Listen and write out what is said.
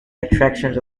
attractions